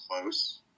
close